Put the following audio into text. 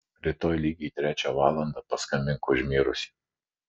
rytoj lygiai trečią valandą paskambink už numirusį